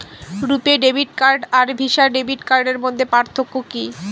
রূপে debit card আর Visa debit কার্ডের মধ্যে পার্থক্য কি?